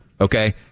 okay